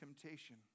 temptation